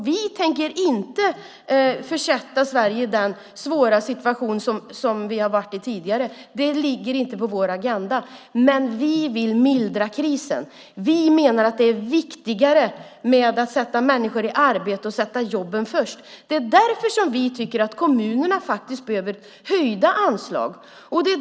Vi tänker inte försätta Sverige i den svåra situation vi har varit i tidigare. Det finns inte på vår agenda. Vi vill mildra krisen. Vi menar att det är viktigare med att sätta människor i arbete och sätter jobben först. Därför tycker vi att kommunerna faktiskt behöver höjda anslag.